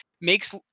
makes